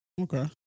Okay